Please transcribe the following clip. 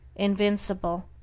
invincible,